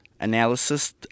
analysis